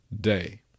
day